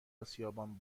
اسیابان